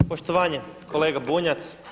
Poštovanje kolega Bunjac.